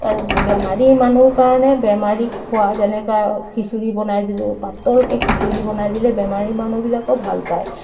আৰু বেমাৰী মানুহৰ কাৰণে বেমাৰী খোৱা যেনেকৈ খিচিৰি বনাই দিলোঁ পাতলকৈ খিচিৰি বনাই দিলে বেমাৰী মানুহবিলাকো ভাল পায়